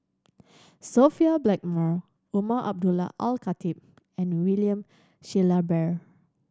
Sophia Blackmore Umar Abdullah Al Khatib and William Shellabear